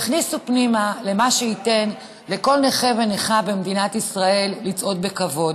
יכניסו פנימה את מה שייתן לכל נכה ונכָה במדינת ישראל לצעוד בכבוד.